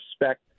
respect